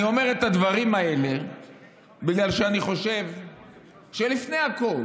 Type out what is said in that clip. אני אומר את הדברים האלה בגלל שאני חושב שלפני הכול,